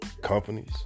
companies